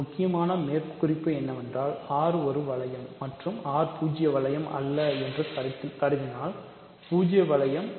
ஒரு முக்கியமான மேற்குறிப்பு என்னவென்றால் R ஒரு வளையம் மற்றும் R பூஜ்ஜிய வளையம் அல்ல என்று கருதுகின்றோம்